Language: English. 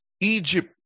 Egypt